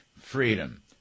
freedom